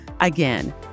Again